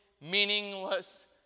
meaningless